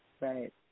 Right